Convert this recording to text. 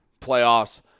playoffs